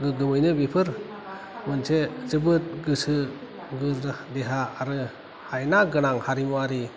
गोगोममैनो बेफोर मोनसे जोबोद गोसो गोज्रा देहा आरो हायना गोनां हारिमुवारि